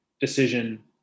decision